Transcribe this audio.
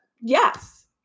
yes